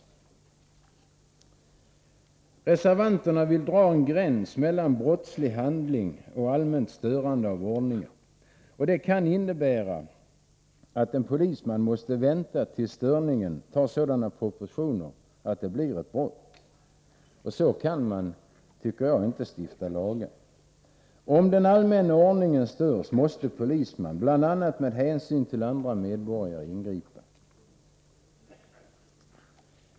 Reservanterna vill dra en gräns mellan brottslig handling och allmänt störande av ordningen, och det kan innebära att en polisman måste vänta tills störningen tar sådana proportioner att det blir ett brott. Så kan man, tycker jag, inte stifta lagar. Om den allmänna ordningen störs måste polisman bl.a. med hänsyn till andra medborgare ingripa.